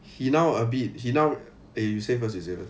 he now a bit he now eh you say first you say first